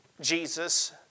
Jesus